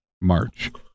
March